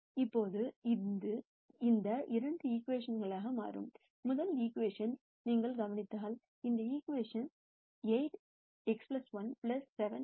இப்போது இது இந்த இரண்டு ஈகிவேஷன் களாக மாறும் முதல் ஈகிவேஷன் நீங்கள் கவனித்தால் முதல் ஈகிவேஷன் 8X1 7X2 x 1 ஆகும்